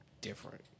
different